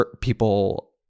people